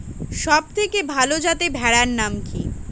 সবথেকে ভালো যাতে ভেড়ার নাম কি?